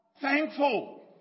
thankful